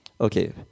Okay